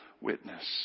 witness